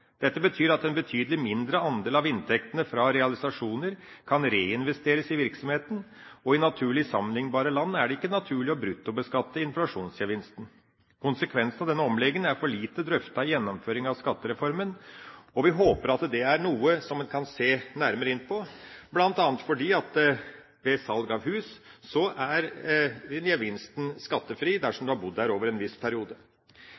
Dette betyr at en betydelig mindre andel av inntektene fra realisasjoner kan reinvesteres i virksomheten, og i naturlig sammenlignbare land er det ikke naturlig å bruttobeskatte inflasjonsgevinsten. Konsekvensen av denne omleggingen er for lite drøftet i gjennomføringen av skattereformen, og vi håper at det er noe som en kan se nærmere på, bl.a. fordi ved salg av hus er gevinsten skattefri dersom du har bodd der over en viss periode.